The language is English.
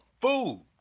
Food